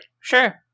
Sure